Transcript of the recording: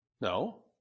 No